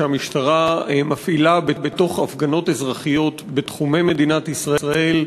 שהמשטרה מפעילה בתוך הפגנות אזרחיות בתחומי מדינת ישראל,